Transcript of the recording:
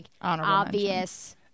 obvious